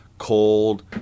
cold